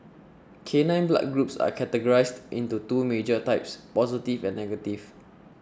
canine blood groups are categorised into two major types positive and negative